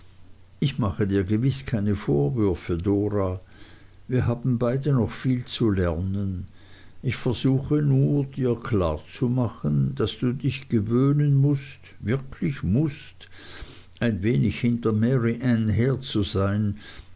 ich mache dir gewiß keine vorwürfe dora wir haben beide noch viel zu lernen ich versuche nur dir klar zu machen daß du dich gewöhnen mußt wirklich mußt ein wenig hinter mary anne her zu sein